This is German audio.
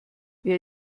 wer